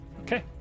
Okay